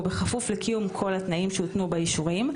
ובכפוף לקיום כל התנאים שהותנו באישורים,